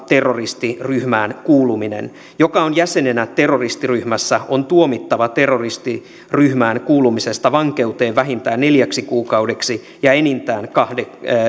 terroristiryhmään kuuluminen joka on jäsenenä terroristiryhmässä on tuomittava terroristiryhmään kuulumisesta vankeuteen vähintään neljäksi kuukaudeksi ja enintään kahdeksaksi